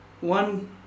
one